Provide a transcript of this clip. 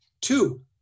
Two